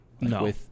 no